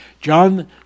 John